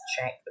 check